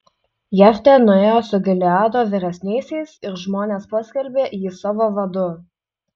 jeftė nuėjo su gileado vyresniaisiais ir žmonės paskelbė jį savo vadu